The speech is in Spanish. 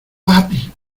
papi